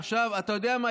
עכשיו, אתה יודע מה?